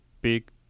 big